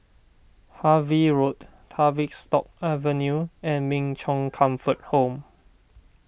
Harvey Road Tavistock Avenue and Min Chong Comfort Home